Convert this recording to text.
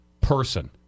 person